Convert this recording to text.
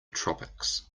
tropics